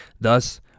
Thus